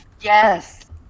Yes